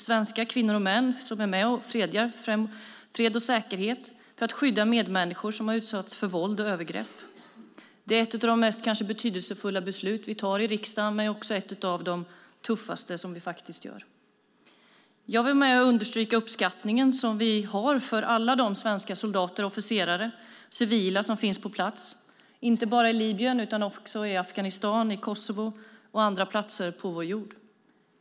Svenska kvinnor och män som är med och främjar fred och säkerhet för att skydda medmänniskor som har utsatts för våld och övergrepp är ett av de kanske mest betydelsefulla beslut vi tar i riksdagen men faktiskt också ett av de tuffaste. Jag vill med detta understryka vår uppskattning av alla de svenska soldater och officerare samt civila som finns på plats, inte bara i Libyen utan också i Afghanistan, i Kosovo och på andra platser på vår jord.